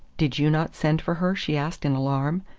did you not send for her? she asked in alarm.